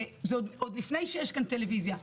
זה עוד לפני שיש כאן טלוויזיה,